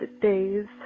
days